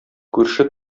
күрше